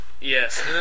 Yes